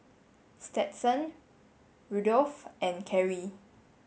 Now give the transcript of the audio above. Stetson Rudolph and Carie